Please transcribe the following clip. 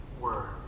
word